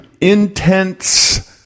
intense